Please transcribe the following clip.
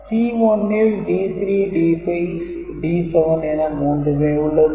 C1 ல் D3 D5 D7 என மூன்றுமே உள்ளது